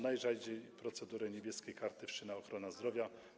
Najrzadziej procedurę „Niebieskie karty” wszczyna ochrona zdrowia.